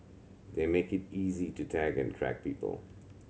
that make it easy to tag and track people